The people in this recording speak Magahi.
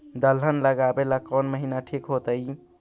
दलहन लगाबेला कौन महिना ठिक होतइ?